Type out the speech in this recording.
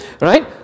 right